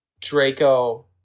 Draco